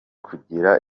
kugera